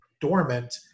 dormant